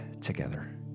together